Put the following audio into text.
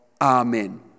amen